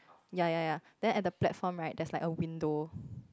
ya ya ya then at the platform right there's like a window